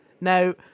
Now